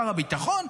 שר הביטחון,